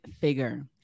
figure